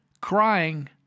crying